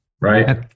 right